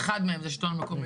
אז אחד מהם זה השלטון המקומי.